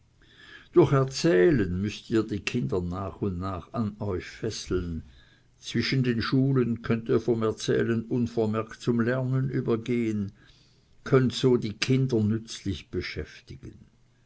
durch erzählen müßt ihr die kinder nach und nach an euch fesseln zwischen den schulen könnt ihr vom erzählen unvermerkt zum lernen übergehen könnt so die kinder nützlich beschäftigen